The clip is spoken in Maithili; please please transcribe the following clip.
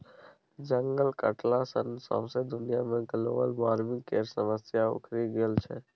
जंगल कटला सँ सौंसे दुनिया मे ग्लोबल बार्मिंग केर समस्या उखरि गेल छै